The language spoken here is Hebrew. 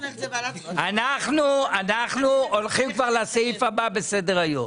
אנחנו הולכים כבר לסעיף הבא בסדר היום.